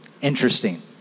Interesting